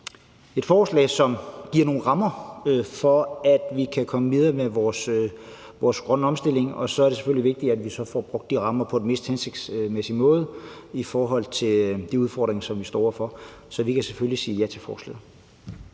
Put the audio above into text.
et forslag, som giver nogle rammer for, at vi kan komme videre med vores grønne omstilling. Og så er det selvfølgelig vigtigt, at vi så får brugt de rammer på den mest hensigtsmæssige måde i forhold til de udfordringer, som vi står over for. Så vi kan selvfølgelig sige ja til forslaget.